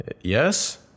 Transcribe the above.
Yes